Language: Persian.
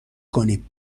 کنیم